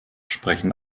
sprechen